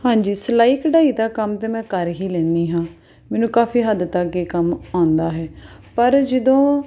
ਹਾਂਜੀ ਸਿਲਾਈ ਕਢਾਈ ਦਾ ਕੰਮ ਤਾਂ ਮੈਂ ਕਰ ਹੀ ਲੈਂਦੀ ਹਾਂ ਮੈਨੂੰ ਕਾਫੀ ਹੱਦ ਤੱਕ ਇਹ ਕੰਮ ਆਉਂਦਾ ਹੈ ਪਰ ਜਦੋਂ